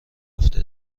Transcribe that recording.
هفته